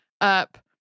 up